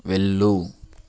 వెళ్ళు